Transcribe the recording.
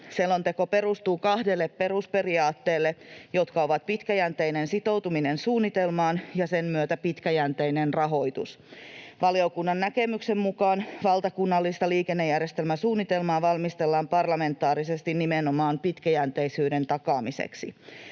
Selonteko perustuu kahdelle perusperiaatteelle, jotka ovat pitkäjänteinen sitoutuminen suunnitelmaan ja sen myötä pitkäjänteinen rahoitus. Valiokunnan näkemyksen mukaan valtakunnallista liikennejärjestelmäsuunnitelmaa valmistellaan parlamentaarisesti nimenomaan pitkäjänteisyyden takaamiseksi.